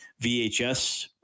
VHS